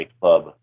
club